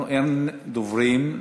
אין דוברים.